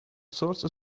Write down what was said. source